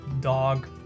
dog